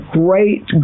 great